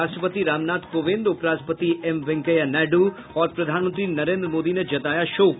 राष्ट्रपति रामनाथ कोविंद उप राष्ट्रपति एम वेंकैया नायडू और प्रधानमंत्री नरेन्द्र मोदी ने जताया शोक